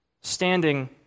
standing